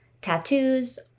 tattoos